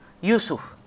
Yusuf